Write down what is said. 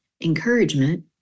encouragement